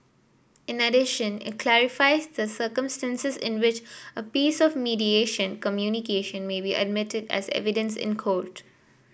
in addition it clarifies the circumstances in which a piece of mediation communication may be admitted as evidence in court